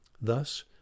Thus